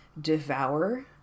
devour